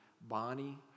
Bonnie